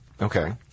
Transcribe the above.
Okay